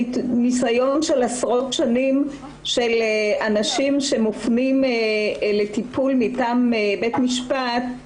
מניסיון של עשרות שנים של אנשים שמופנים לטיפול מטעם בית משפט,